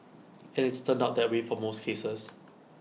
and it's turned out that way for most cases